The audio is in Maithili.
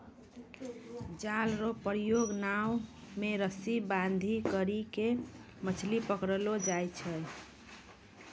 जाल रो प्रयोग नाव मे रस्सी बांधी करी के मछली पकड़लो जाय छै